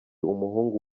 umuhungu